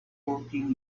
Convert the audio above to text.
fourteen